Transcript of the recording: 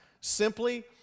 Simply